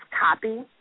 copy